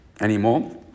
anymore